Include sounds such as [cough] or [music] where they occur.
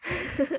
[laughs]